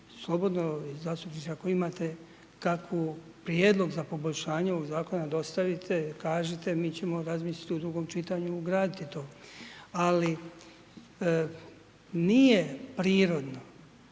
slobodno zastupniče ako imate kakav prijedlog za poboljšanje u zakonu dostavite i kažite mi ćemo razmisliti u drugom čitanju ugraditi to. Ali, nije prirodno